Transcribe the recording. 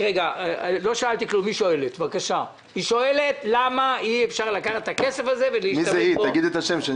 אורית שואלת למה אי אפשר לקחת את הכסף הזה ולהשתמש בו?